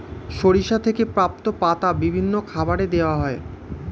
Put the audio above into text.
সরিষা থেকে প্রাপ্ত পাতা বিভিন্ন খাবারে দেওয়া হয়